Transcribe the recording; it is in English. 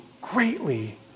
greatly